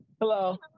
hello